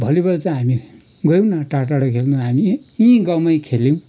volleyball चैँ हामी गयौँन टाढो टाढो खेल्नु हामी यी गाउँमै खेल्यौँ